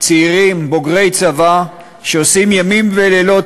צעירים בוגרי צבא שעושים ימים ולילות